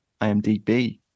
IMDb